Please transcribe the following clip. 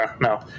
no